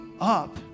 up